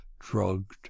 drugged